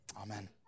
Amen